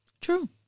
True